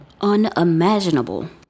unimaginable